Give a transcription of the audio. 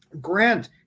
Grant